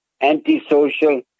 antisocial